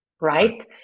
right